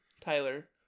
Tyler